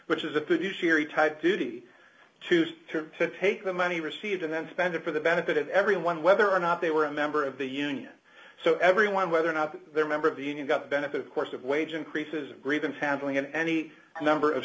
which is the type duty to him to take the money received and then spend it for the benefit of everyone whether or not they were a member of the union so everyone whether or not their member of the union got the benefit of course of wage increases and grieving family and any number of